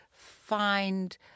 Find